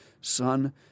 Son